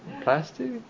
plastic